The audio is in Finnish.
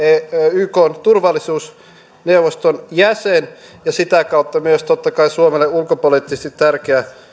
ykn turvallisuusneuvoston jäsen ja sitä kautta myös totta kai suomelle ulkopoliittisesti tärkeä